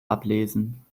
ablesen